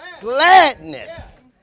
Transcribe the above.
gladness